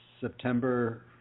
September